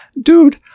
Dude